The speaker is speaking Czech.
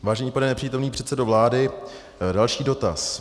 Vážený pane nepřítomný předsedo vlády, další dotaz.